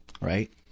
right